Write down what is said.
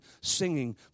singing